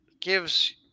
gives